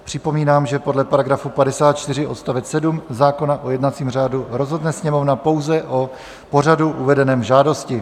Připomínám, že podle § 54 odst. 7 zákona o jednacím řádu rozhodne Sněmovna pouze o pořadu uvedeném v žádosti.